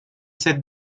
cette